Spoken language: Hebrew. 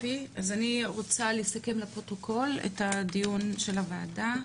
אז אני רוצה לסכם לפרוטוקול את הדיון של הוועדה.